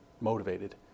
motivated